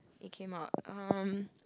it came out um